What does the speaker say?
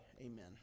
Amen